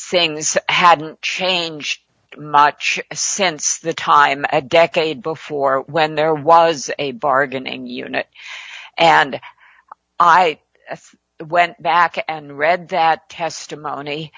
this hadn't changed much since the time a decade before when there was a bargaining unit and i went back and read that testimony